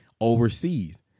overseas